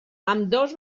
ambdós